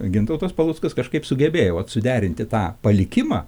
gintautas paluckas kažkaip sugebėjo vat suderinti tą palikimą